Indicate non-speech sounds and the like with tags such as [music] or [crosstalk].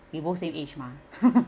we both same age mah [noise]